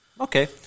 Okay